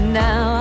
now